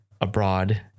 abroad